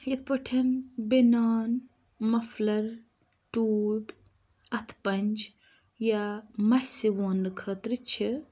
یِتھ پٲٹھۍ بنیان مَفلَر ٹوپۍ اَتھ پَنج یا مَسہِ وۄنہٕ خٲطرٕ چھِ